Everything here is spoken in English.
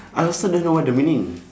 I also don't know what the meaning